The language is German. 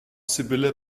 sibylle